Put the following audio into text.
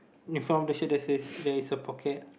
in front of the there's there's a pocket